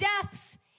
deaths